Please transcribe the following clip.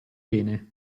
bene